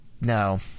no